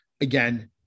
again